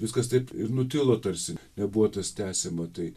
viskas taip ir nutilo tarsi nebuvo tas tęsiama tai